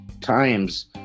times